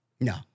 No